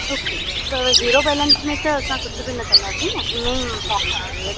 okay त zero balance में त असां कुझु बि न कंदासीं ईअं ई अकाउंट खुली